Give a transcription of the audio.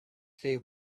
they